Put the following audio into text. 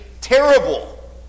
terrible